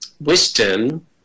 wisdom